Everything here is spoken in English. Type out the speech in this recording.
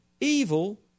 evil